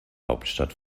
hauptstadt